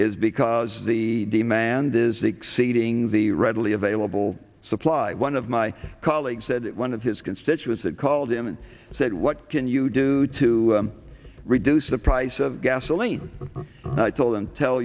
is because the demand is exceeding the readily available supply one of my colleagues said one of his constituents had called him and said what can you do to reduce the price of gasoline i told him tell